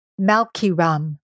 Malkiram